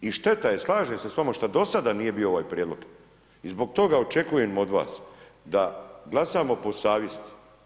I šteta je, slažem se s vama što do sada nije bio ovaj prijedloga i zbog toga očekujem od vas da glasamo po savjesti.